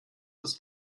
ist